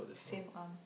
same arm